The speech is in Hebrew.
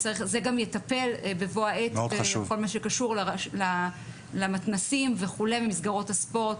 זה גם יטפל בבוא העת בכל מה שקשור למתנ"סים ולמסגרות הספורט,